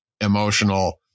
emotional